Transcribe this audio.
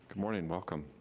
morning, welcome.